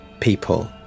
people